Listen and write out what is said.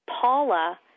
Paula